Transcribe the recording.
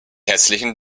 herzlichen